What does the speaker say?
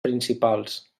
principals